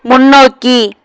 முன்னோக்கி